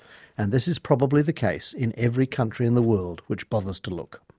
and this is probably the case in every country in the world which bothers to look.